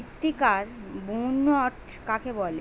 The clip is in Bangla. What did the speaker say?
মৃত্তিকার বুনট কাকে বলে?